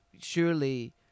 surely